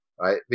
right